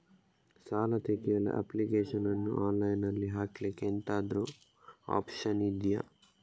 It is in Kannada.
ಸಾಲ ತೆಗಿಯಲು ಅಪ್ಲಿಕೇಶನ್ ಅನ್ನು ಆನ್ಲೈನ್ ಅಲ್ಲಿ ಹಾಕ್ಲಿಕ್ಕೆ ಎಂತಾದ್ರೂ ಒಪ್ಶನ್ ಇದ್ಯಾ?